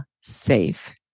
safe